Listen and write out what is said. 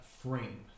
frame